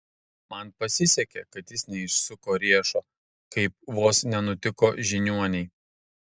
man pasisekė kad jis neišsuko riešo kaip vos nenutiko žiniuonei